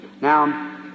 Now